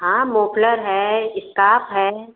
हाँ मोफलर है इस्कार्प है